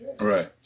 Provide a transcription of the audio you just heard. right